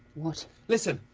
what. listen!